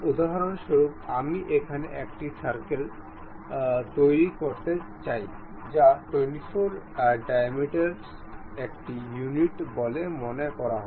উদাহরণস্বরূপ আমি এখানে একটি সার্কেল তৈরি করতে চাই যা 24 ডায়ামিটারের একটি ইউনিট বলে মনে করা হয়